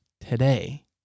today